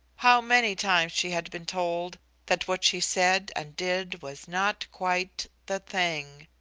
how many times she had been told that what she said and did was not quite the thing.